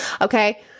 Okay